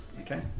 Okay